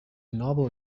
novel